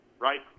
right